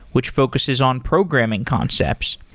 which focuses on programming concepts,